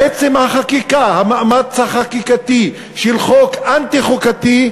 עצם החקיקה, המאמץ החקיקתי של חוק אנטי-חוקתי,